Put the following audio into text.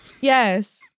Yes